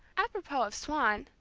apropos of swann,